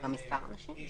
200 איש,